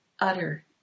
utter